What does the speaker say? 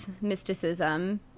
mysticism